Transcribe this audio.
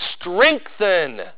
strengthen